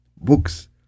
books